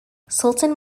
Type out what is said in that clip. sultan